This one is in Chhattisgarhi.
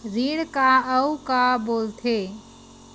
ऋण का अउ का बोल थे?